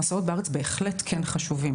המסעות בארץ בהחלט כן חשובים.